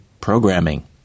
programming